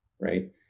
right